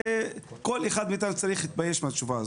כל אחד מאיתנו צריך להתבייש מהתשובה הזאת.